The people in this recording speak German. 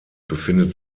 befindet